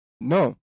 no